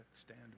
stand